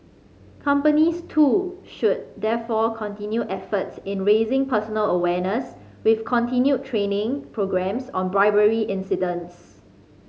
companies too should therefore continue efforts in raising personal awareness with continued training programmes on bribery incidents